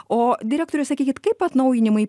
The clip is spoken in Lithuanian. o direktore sakykit kaip atnaujinimai